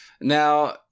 Now